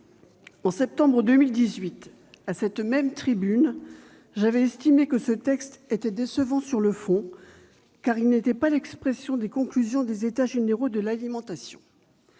en septembre 2018, à cette même tribune, j'avais estimé que le projet de loi Égalim était décevant sur le fond, car il n'était pas l'expression des conclusions des États généraux de l'alimentation.